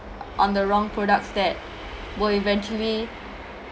on the wrong products that will eventually